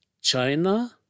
China